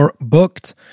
booked